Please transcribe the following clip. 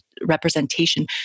representation